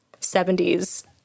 70s